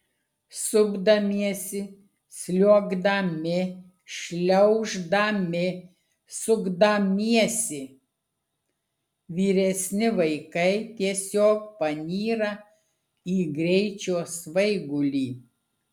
supdamiesi sliuogdami šliauždami sukdamiesi vyresni vaikai tiesiog panyra į greičio svaigulį